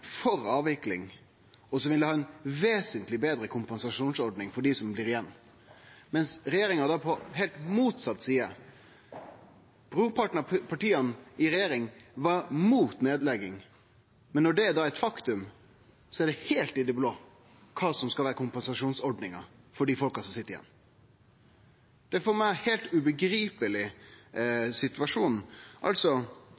for avvikling, vil ha ei vesentleg betre kompensasjonsordning for dei som blir igjen, mens regjeringa er på heilt motsett side – brorparten av partia i regjeringa var mot nedlegging, men når det er eit faktum, er det heilt i det blå kva som skal vere kompensasjonsordninga for dei folka som sit igjen. Det er for meg ein heilt ubegripeleg